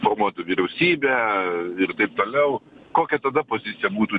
formuotų vyriausybę ir taip toliau kokia tada pozicija būtų